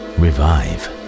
revive